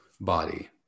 body